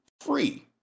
free